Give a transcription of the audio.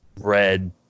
red